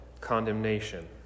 condemnation